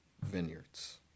vineyards